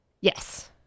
yes